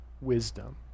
wisdom